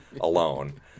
alone